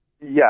Yes